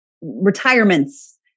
retirements